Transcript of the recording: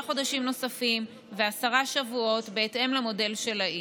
חודשים ועשרה שבועות בהתאם למודל שלעיל.